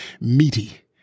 meaty